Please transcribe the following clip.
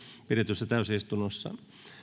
pidetyssä täysistunnossa